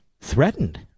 Threatened